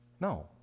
No